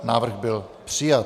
Návrh byl přijat.